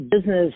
business